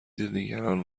دیگران